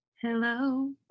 Hello